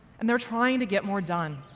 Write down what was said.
and they're trying to get more done.